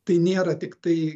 tai nėra tiktai